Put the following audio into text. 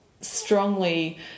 strongly